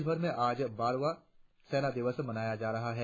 देशभर में आज बहत्तरवां सेना दिवस मनाया जा रहा है